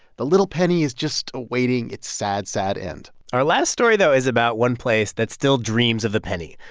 the little penny is just awaiting its sad, sad end our last story, though, is about one place that still dreams of the penny,